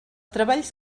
treballs